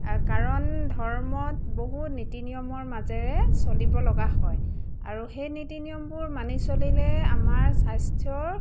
কাৰণ ধৰ্মত বহু নীতি নিয়মৰ মাজেৰে চলিব লগা হয় আৰু সেই নীতি নিয়মবোৰ মানি চলিলে আমাৰ স্বাস্থ্যৰ